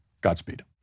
Godspeed